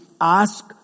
ask